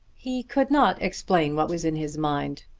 he could not explain what was in his mind.